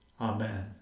Amen